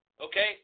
Okay